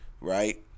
right